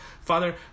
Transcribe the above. Father